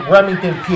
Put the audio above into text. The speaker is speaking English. Remington